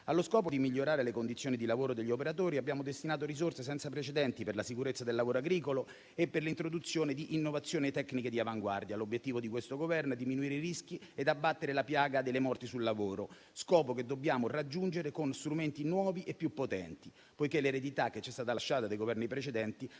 Allo scopo di migliorare le condizioni di lavoro degli operatori abbiamo destinato risorse senza precedenti per la sicurezza del lavoro agricolo e per l'introduzione di innovazioni tecniche di avanguardia. L'obiettivo di questo Governo è diminuire i rischi e abbattere la piaga delle morti sul lavoro, scopo che dobbiamo raggiungere con strumenti nuovi e più potenti, poiché l'eredità che ci è stata lasciata dai Governi precedenti